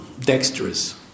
dexterous